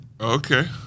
Okay